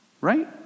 Right